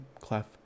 Clef